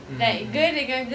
mmhmm